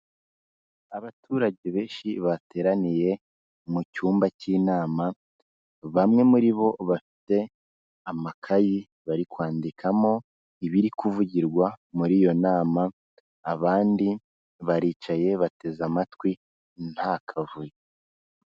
Abaturage benshi bateraniye mu cyumba cy'inama, bamwe muri bo bafite amakayi bari kwandikamo ibiri kuvugirwa muri iyo nama, abandi baricaye, bateze amatwi nta kavuyo.